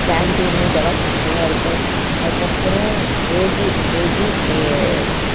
canteen இதெல்லாம் செம்மையாக இருக்கும் அதுக்கப்புறம் கேஜி கேஜி கே